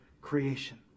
creation